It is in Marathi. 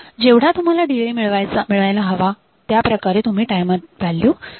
जेवढा तुम्हाला डीले मिळायला हवा त्या प्रकारे तुम्ही टायमर व्हॅल्यू सेट करू शकता